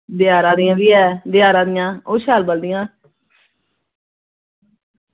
देआरा दियां बी ऐ ओह् शैल बलदियां